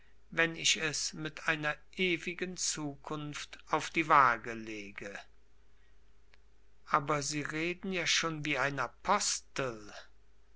wenn ich es mit einer ewigen zukunft auf die waage lege aber sie reden ja schon wie ein apostel